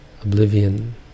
oblivion